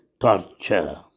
torture